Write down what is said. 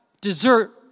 dessert